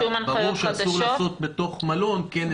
ברור שאסור לעשות בתוך מלון כנס.